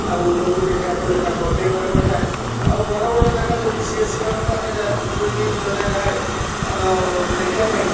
ଆଉ ରୋଗୀ ଦେଖେଇବାକୁ ହେଲେ ତାଙ୍କୁ ଅପେକ୍ଷା କରିବାକୁ ପଡ଼ିଥାଏ ଆଉ ବଡ଼ ବଡ଼ ଜାଗା ଯଦି ସି ଏସିମାନଙ୍କୁ ଆମେ ଯଦି ଜଣେ ଯାଏ ଦେଖେଇବା ପାଇଁ